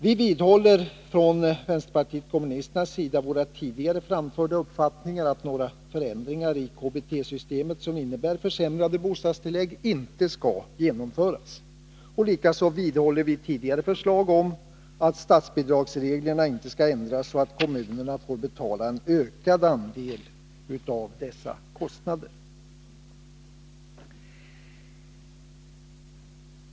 Vi vidhåller från vänsterpartiet kommunisterna vår tidigare framförda uppfattning att några förändringar av KBT-systemet som innebär försämrade bostadstillägg inte skall genomföras. Likaså vidhåller vi tidigare förslag om att statsbidragsreglerna inte skall ändras så att kommunerna får betala en ökad andel av dessa kostnader.